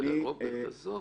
בסדר, רוברט, עזוב.